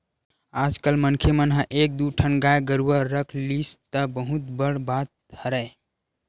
आजकल मनखे मन ह एक दू ठन गाय गरुवा रख लिस त बहुत बड़ बात हरय